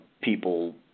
people